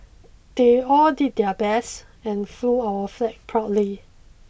they all did their best and flew our flag proudly